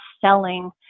selling